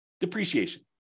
depreciation